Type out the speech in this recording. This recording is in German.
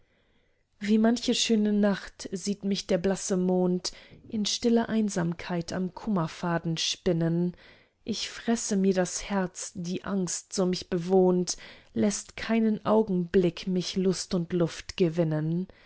wie manche schöne nacht sieht mich der blasse mond in stiller einsamkeit am kummerfaden spinnen ich fresse mir das herz die angst so mich bewohnt läßt keinen augenblick mich lust und luft gewinnen